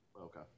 Okay